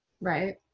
Right